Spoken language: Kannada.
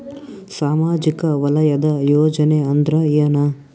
ಸಾಮಾಜಿಕ ವಲಯದ ಯೋಜನೆ ಅಂದ್ರ ಏನ?